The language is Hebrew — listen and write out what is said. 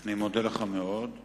אני מודה לך מאוד.